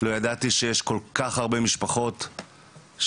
לא ידעתי שיש כל כך הרבה משפחות שסבלו,